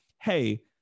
Hey